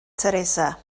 teresa